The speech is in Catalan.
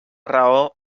raó